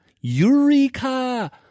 Eureka